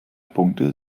schwerpunkte